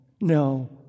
no